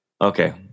Okay